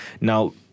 Now